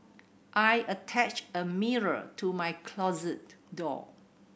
I attached a mirror to my closet door